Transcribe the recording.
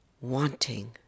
Wanting